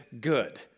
good